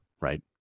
right